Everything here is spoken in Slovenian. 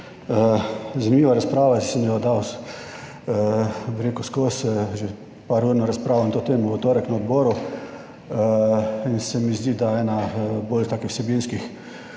Zanimiva razprava, ki sem jo dal, bi rekel, skozi že par urno razpravo na to temo v torek na odboru in se mi zdi, da ena bolj takih vsebinskih